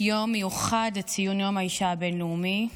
יום מיוחד לציון יום האישה הבין-לאומי,